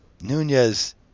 Nunez